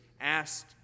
asked